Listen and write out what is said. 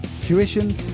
Tuition